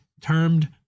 termed